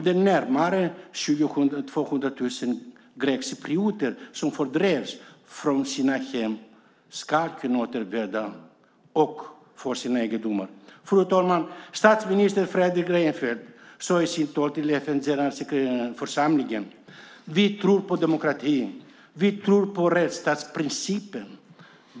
De närmare 200 000 grekcyprioter som fördrevs från sina hem ska kunna återvända och få sina egendomar tillbaka. Fru talman! Statsminister Fredrik Reinfeldt sade i sitt tal till FN:s generalförsamling: "Vi tror på demokratin. Vi tror på rättsstatsprincipen.